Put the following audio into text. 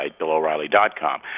BillOReilly.com